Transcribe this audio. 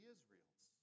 Israel's